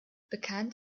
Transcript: bekannt